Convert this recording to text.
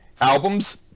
albums